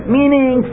meaning